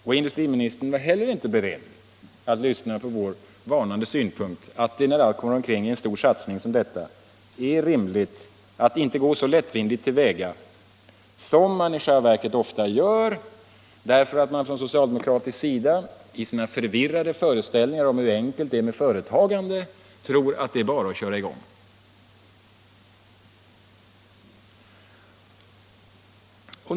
Och industriministern var heller inte beredd att lyssna på våra varnande ord om att det när allt kommer omkring vid en stor satsning som denna är rimligt att inte gå så lättvindigt till väga som man i själva verket ofta gör, därför att man från socialdemokratisk sida i sina förvirrade förställningar om hur enkelt det är med företagande tror att det bara är att köra i gång.